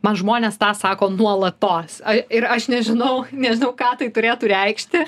man žmonės tą sako nuolatos ir aš nežinau nežinau ką tai turėtų reikšti